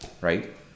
right